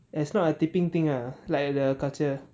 it's not a tipping thing ah like the culture